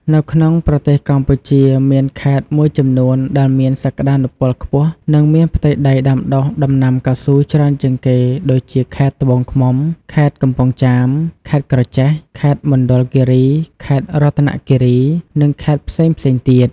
នៅក្នុងប្រទេសកម្ពុជា មានខេត្តមួយចំនួនដែលមានសក្តានុពលខ្ពស់ និងមានផ្ទៃដីដាំដុះដំណាំកៅស៊ូច្រើនជាងគេ ដូចជា ខេត្តត្បូងឃ្មុំ ខេត្តកំពង់ចាម ខេត្តក្រចេះ ខេត្តមណ្ឌលគិរី ខេត្តរតនគិរី និងខេត្តផ្សេងៗទៀត។